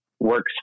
works